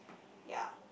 ya